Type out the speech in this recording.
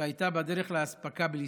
שהייתה בדרך לאספקה בישראל.